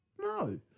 No